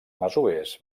masovers